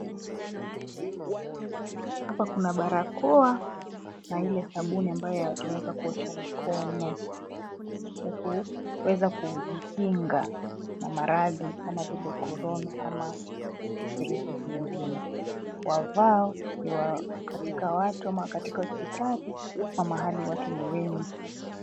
Hapa kuna barakoa na ile sabuni ambayo yatumika kuosha mikono, ya kuweza kujikinga na maradhi kama vile Corona ama virusi vingine. Wavao ni wa katika watu ama katika hospitali ama mahali watu ni wengi.